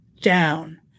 down